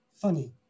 Funny